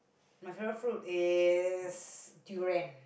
my favourite fruit is durian